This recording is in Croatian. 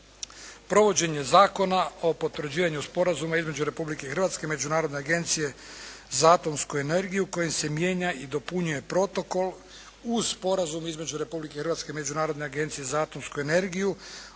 Provođenje Zakona o potvrđivanju Sporazuma između Republike Hrvatske i Međunarodne agencije za atomsku energiju kojim se mijenja i dopunjuje protokol uz Sporazum između Republike Hrvatske i Međunarodne agencije za atomsku energiju,